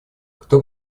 кто